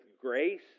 grace